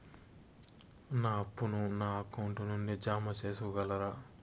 నా అప్పును నా అకౌంట్ నుండి జామ సేసుకోగలరా?